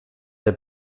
der